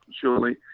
surely